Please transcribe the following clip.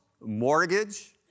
mortgage